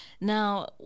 Now